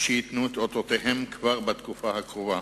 שייתנו את אותותיהם כבר בתקופה הקרובה.